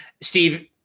Steve